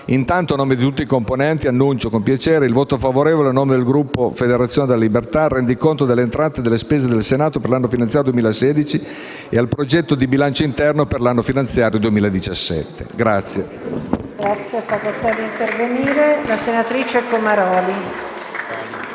Intanto, a nome di tutti i componenti, annuncio con piacere il voto favorevole a nome del Gruppo Federazione della Libertà al rendiconto delle entrate e delle spese del Senato per l'anno finanziario 2016 e al progetto di bilancio interno per l'anno finanziario 2017. *(Applausi dal Gruppo FL (Id-PL, PLI))*.